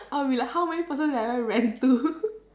I'll be like how many person have I ever rant to